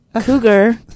Cougar